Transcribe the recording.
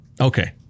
Okay